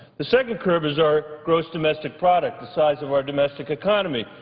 the second curve is our gross domestic product, the size of our domestic economy,